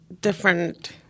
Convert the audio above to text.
different